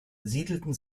siedelten